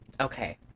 Okay